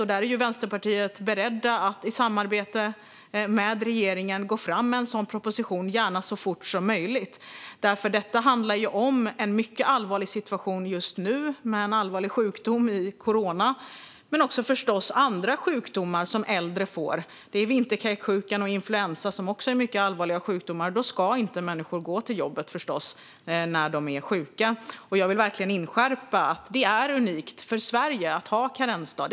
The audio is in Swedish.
Vi i Vänsterpartiet är beredda att i samarbete med regeringen gå fram med en sådan proposition, gärna så fort som möjligt. Detta handlar just nu om en mycket allvarlig situation med en allvarlig sjukdom, men det handlar också om andra sjukdomar som äldre får. Även vinterkräksjuka och influensa är mycket allvarliga sjukdomar, och då ska förstås inte människor gå till jobbet när de är sjuka. Jag vill verkligen inskärpa att det är unikt för Sverige att ha en karensdag.